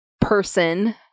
person